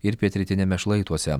ir pietrytiniame šlaituose